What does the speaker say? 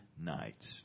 nights